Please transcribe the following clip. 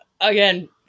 Again